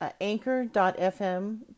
anchor.fm